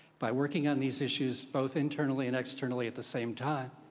by working on these issues, both internally and externally at the same time,